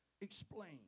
explain